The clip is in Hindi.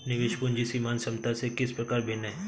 निवेश पूंजी सीमांत क्षमता से किस प्रकार भिन्न है?